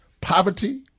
Poverty